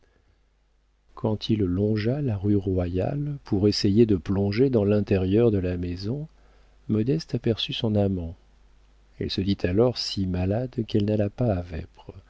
quand il longea la rue royale pour essayer de plonger dans l'intérieur de la maison modeste aperçut son amant elle se dit alors si malade qu'elle n'alla pas à vêpres